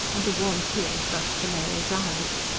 and the warm tears rushed to mary's eyes.